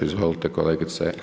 Izvolite kolegice.